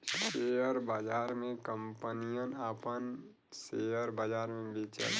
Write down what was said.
share बाजार मे कंपनियन आपन सेअर बाजार मे बेचेला